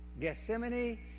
Gethsemane